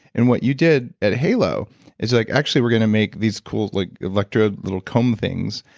and what you did at halo is, like, actually we're gonna make these cool like electrode little comb things.